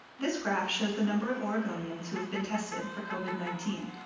this graph shows the number of oregonians who have been tested for covid nineteen.